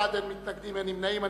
שבעה בעד, אין מתנגדים, אין נמנעים.